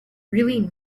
really